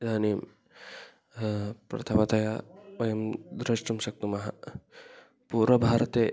इदानीं प्रथमतया वयं द्रष्टुं शक्नुमः पूर्वभारते